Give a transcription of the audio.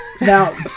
Now